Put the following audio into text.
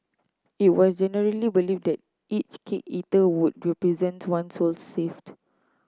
it was generally believed that each cake eaten would represent to one soul saved